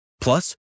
Plus